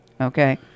Okay